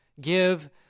give